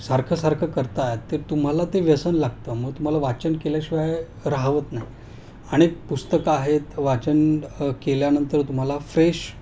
सारखंसारखं करतायत तर तुम्हाला ते व्यसन लागतं मग तुम्हाला वाचन केल्याशिवाय राहावत नाही आणि पुस्तकं आहेत वाचन केल्यानंतर तुम्हाला फ्रेश